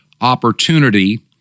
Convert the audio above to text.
opportunity